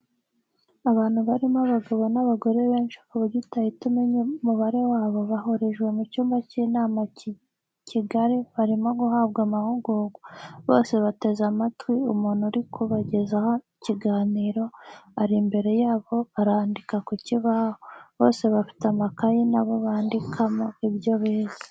Abantu barimo abagabo n'abagore benshi ku buryo utahita umenya umubare wabo, bahurijwe mu cyumba cy'inama kigari barimo guhabwa amahugurwa, bose bateze amatwi umuntu uri kubagezaho ikiganiro, ari imbere yabo arandika ku kibaho, bose bafite amakaye na bo bandikamo ibyo bize.